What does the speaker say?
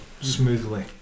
smoothly